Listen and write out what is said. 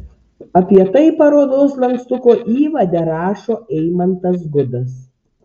apie tai parodos lankstuko įvade rašo eimantas gudas